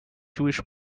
jewish